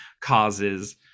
causes